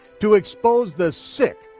to expose the sick,